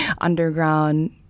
underground